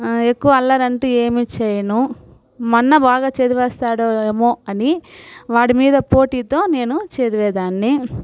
ఎక్కువ అల్లరంటూ ఏమీ చేయను మా అన్న బాగా చదివేస్తాడేమో అని వాడి మీద పోటీతో నేను చదివేదాన్ని